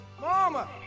Mama